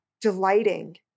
delighting